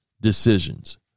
decisions